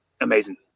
amazing